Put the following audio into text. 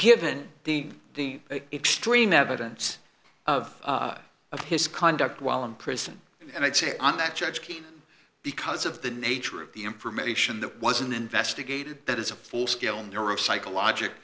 given the extreme evidence of of his conduct while in prison and i'd say on that judge king because of the nature of the information that wasn't investigated that is a full scale neuropsychological